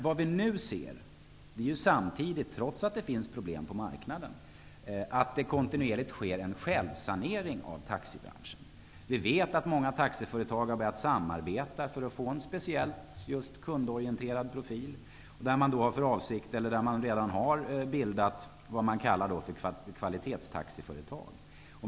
Vad vi nu ser -- trots att det finns problem på marknaden -- är att det kontinuerligt sker en självsanering av taxibranschen. Många taxiföretag har börjat samarbeta för att få en speciell, kundorienterad profil. Man har för avsikt att bilda eller har redan bildat s.k. kvalitetstaxiföretag.